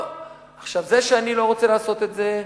זה שאני לא רוצה לעשות את זה,